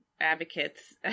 advocates